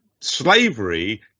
Slavery